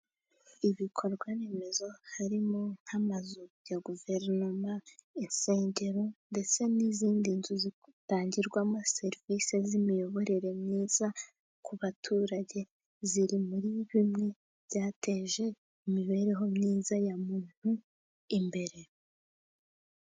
Ibikorwaremezo harimo, nk'amazu ya guverinoma, insengero ndetse n'izindinzu zitangirwamo serivisi z'imiyoborere myiza ku baturage, ziri muribimwe byateje imibereho, myiza ya muntu imbere.